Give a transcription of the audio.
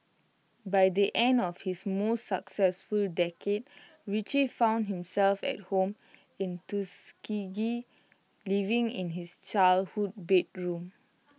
by the end of his most successful decade Richie found himself at home in Tuskegee living in his childhood bedroom